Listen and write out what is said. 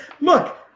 look